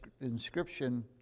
inscription